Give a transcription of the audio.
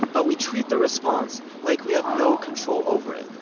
but we treat the response like we have no control over it.